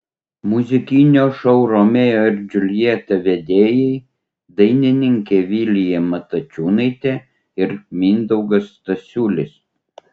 muzikinio šou romeo ir džiuljeta vedėjai dainininkė vilija matačiūnaitė ir mindaugas stasiulis